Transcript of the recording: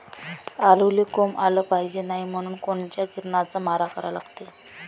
आलूले कोंब आलं नाई पायजे म्हनून कोनच्या किरनाचा मारा करा लागते?